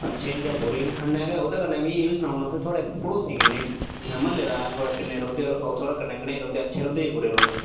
अच्छे न जां बुरे न कन्नै गै ओह्दे कन्नै मिगी एह् बी सनाओ उड़ना थुआढ़े पड़ोसी कि'न्ने न म्हल्लेदार थुआढ़े कन्नै रौह्ंदे होर कनेह् कनेह् अच्छे रौह्ंदे जां बुरे रौह्ंदे